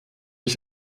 ich